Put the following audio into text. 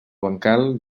bancal